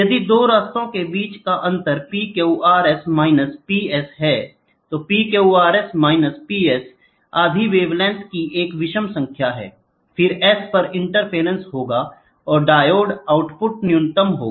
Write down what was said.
यदि 2 रास्तों के बीच का अंतर PQRS माइनस PS है PQRS माइनस PS आधी वेवलेंथ की एक विषम संख्या है फिर S पर इंटरफेरेंस होगा और डायोड आउटपुट न्यूनतम होगा